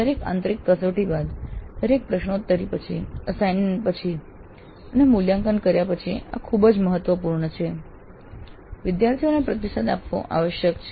દરેક આંતરિક કસોટી બાદ દરેક પ્રશ્નોત્તરી પછી અસાઇનમેન્ટ્સ પછી અને મૂલ્યાંકન કર્યા પછી આ ખૂબ જ મહત્વપૂર્ણ છે વિદ્યાર્થીઓને પ્રતિસાદ આપવો આવશ્યક છે